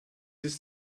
ist